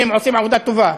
והם עושים עבודה טובה,